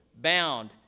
bound